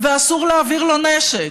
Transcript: ואסור להעביר לו נשק,